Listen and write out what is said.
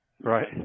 Right